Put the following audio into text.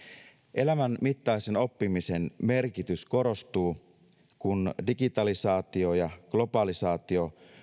elämänmittaisen oppimisen merkitys korostuu kun digitalisaatio ja globalisaatio